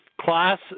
Class